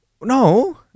No